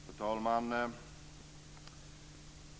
Fru talman!